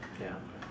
ya correct